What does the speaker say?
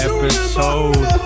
Episode